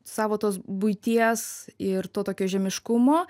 savo tos buities ir to tokio žemiškumo